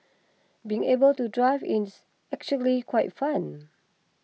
being able to drive is actually quite fun